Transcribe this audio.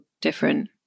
different